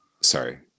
sorry